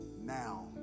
now